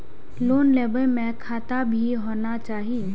Loan लेबे में खाता भी होना चाहि?